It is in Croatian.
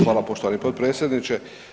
Hvala poštovani potpredsjedniče.